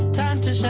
time to